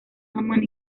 common